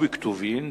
ובכתובים,